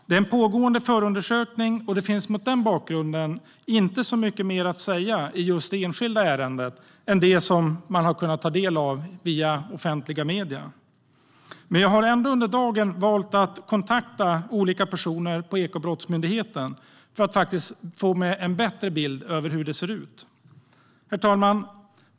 Det är en pågående förundersökning, och mot den bakgrunden finns det inte så mycket mer att säga i det enskilda ärendet än det som man har kunnat ta del av via offentliga medier. Herr talman!